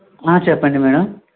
చెప్పండి మేడం